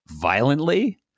violently